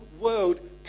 world